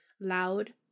loud